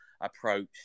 approach